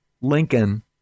Lincoln